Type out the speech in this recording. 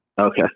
Okay